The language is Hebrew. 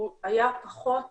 הוא היה פחות